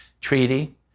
treaty